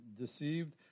deceived